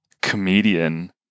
comedian